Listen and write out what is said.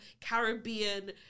caribbean